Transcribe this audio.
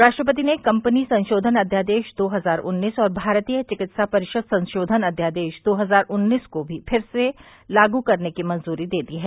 राष्ट्रपति ने कंपनी संशोधन अध्यादेश दो हजार उन्नीस और भारतीय चिकित्सा परिषद संशोधन अध्यादेश दो हजार उन्नीस को भी फिर से लागू करने की मंजूरी दे दी है